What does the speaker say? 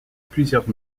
plusieurs